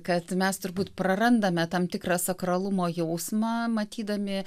kad mes turbūt prarandame tam tikrą sakralumo jausmą matydami